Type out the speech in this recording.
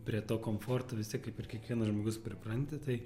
prie to komforto vis tiek kaip ir kiekvienas žmogus pripranti tai